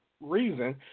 reason